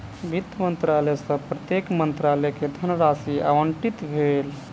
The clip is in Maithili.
वित्त मंत्रालय सॅ प्रत्येक मंत्रालय के धनराशि आवंटित भेल